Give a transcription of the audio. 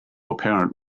apparent